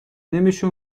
نمیشه